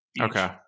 okay